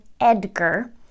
Edgar